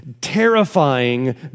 terrifying